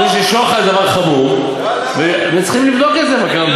מפני ששוחד זה דבר חמור, וצריכים לבדוק את זה, לא.